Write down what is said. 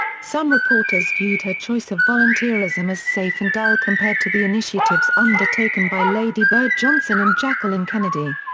some reporters viewed her choice of volunteerism as safe and dull compared to the initiatives undertaken by lady bird johnson and jacqueline kennedy.